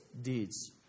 deeds